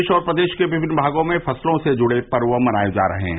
देश और प्रदेश के विभिन्न भागों में फसलों से जुड़े पर्व मनाए जा रहे हैं